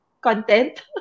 content